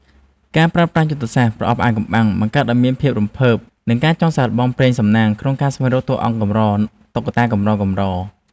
ការប្រើប្រាស់យុទ្ធសាស្ត្រ ប្រអប់អាថ៌កំបាំង បង្កើតឱ្យមានភាពរំភើប និងការចង់សាកល្បងព្រេងសំណាងក្នុងការស្វែងរកតួអង្គកម្រតុក្កតាកម្រៗ។